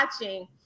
watching